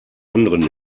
anderen